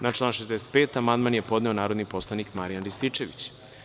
Na član 65. amandman je podneo narodni poslanik Marijan Rističević.